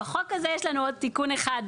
בחוק הזה יש לנו עוד תיקון אחד,